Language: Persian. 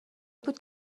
بود